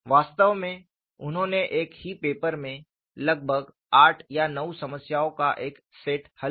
वास्तव में उन्होंने एक ही पेपर में लगभग 8 या 9 समस्याओं का एक सेट हल किया